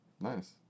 Nice